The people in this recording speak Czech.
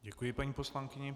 Děkuji paní poslankyni.